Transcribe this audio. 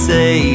Say